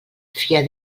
fia